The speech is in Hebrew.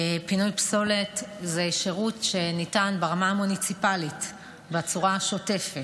פינוי פסולת זה שירות שניתן ברמה המוניציפלית בצורה השוטפת,